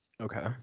Okay